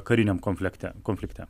kariniam komplekte konflikte